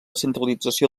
centralització